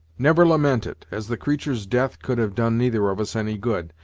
never lament it, as the creatur's death could have done neither of us any good,